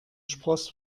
spross